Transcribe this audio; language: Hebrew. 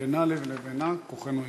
מלבנה ללבנה כוחנו יגבר.